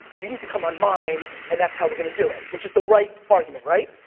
you need to come on mine and that's how we're gonna do it, which is the right argument, right?